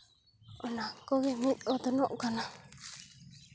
ᱚᱱᱟ ᱠᱚᱜᱮ ᱢᱤᱫ ᱚᱛᱱᱚᱜ ᱠᱟᱱᱟ